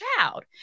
child